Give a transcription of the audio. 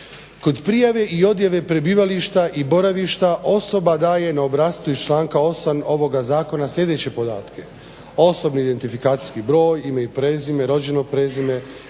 "Kod prijave i odjave prebivališta i boravišta osoba daje na obrascu iz članka 8. Ovoga zakona sljedeće podatke, OIB, ime i prezime, rođeno prezime,